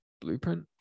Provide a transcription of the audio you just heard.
Blueprint